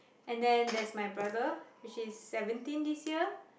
and then there's my brother which is seventeen this year